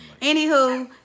Anywho